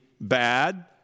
bad